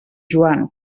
joan